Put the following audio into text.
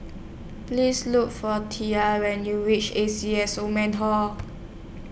Please Look For Tia when YOU REACH A C S Old Man Hall